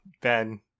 Ben